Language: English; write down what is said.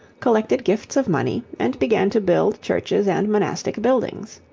collected gifts of money, and began to build churches and monastic buildings.